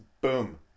boom